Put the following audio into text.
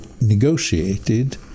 negotiated